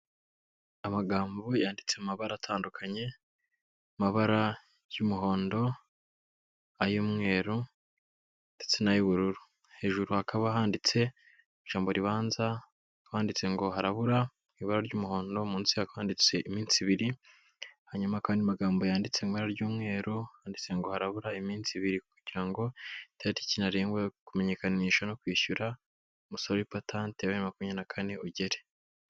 amagambo yanditse amabara atandukanye mabara y'umuhondo ay'umweru ndetse n'ay'ubururu hejuru hakaba handitse ijambo ribanza twanditse ngo harabura ibara ry'umuhondo munsi yakwanditse iminsi ibiri hanyumakandi amagambogambo yanditse iba ry'umweru handitse ngo harabura iminsi ibiri kugira ngotatikinrengwawe kumenyekanisha no kwishyura u musoro wipatante wabibiri na makumyabiri nakane ugere